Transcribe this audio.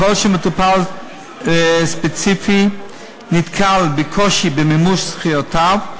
ככל שמטופל ספציפי נתקל בקושי במימוש זכויותיו,